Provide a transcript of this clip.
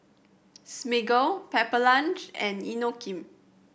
Smiggle Pepper Lunch and Inokim